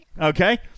Okay